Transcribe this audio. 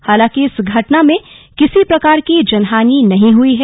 हालांकि इस घटना में किसी प्रकार की जनहानि नहीं हुई है